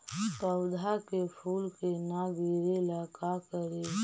पौधा के फुल के न गिरे ला का करि?